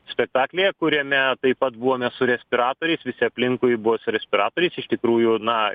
spektaklyje kuriame taip pat buvome su respiratoriais visi aplinkui buvo su respiratoriais iš tikrųjų na